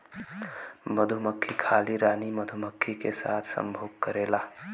मधुमक्खी खाली रानी मधुमक्खी के साथ संभोग करेला